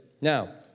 Now